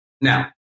now